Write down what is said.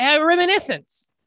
Reminiscence